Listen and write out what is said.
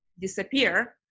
disappear